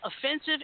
offensive